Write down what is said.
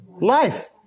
life